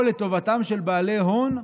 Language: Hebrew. או לטובתם של בעלי הון,